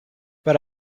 but